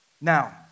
Now